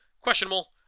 Questionable